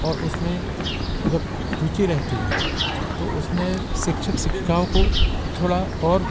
और उसमें जब रुचि रहती है तो उसमें शिक्षक शिक्षिकाओं को थोड़ा और